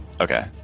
Okay